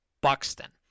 Buxton